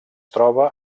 troba